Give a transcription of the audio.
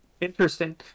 Interesting